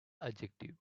adjectives